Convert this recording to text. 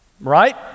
Right